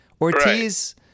Ortiz